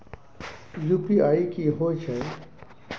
UPI की होय छै?